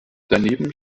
daneben